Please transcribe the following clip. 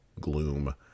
gloom